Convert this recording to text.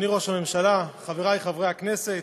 אדוני ראש הממשלה, חברי חברי הכנסת,